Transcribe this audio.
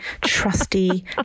trusty